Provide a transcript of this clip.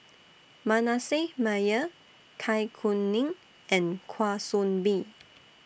Manasseh Meyer Zai Kuning and Kwa Soon Bee